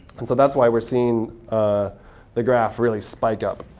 and so that's why we're seeing the graph really spike up.